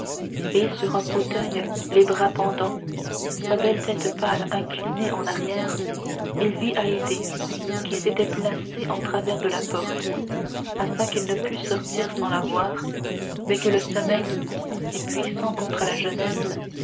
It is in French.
et sur un fauteuil les bras pendants sa belle tête pâle inclinée en arrière il vit haydée qui s'était placée en travers de la porte afin qu'il ne pût sortir sans la voir mais que le sommeil si puissant contre la jeunesse